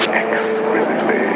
exquisitely